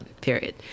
period